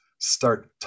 start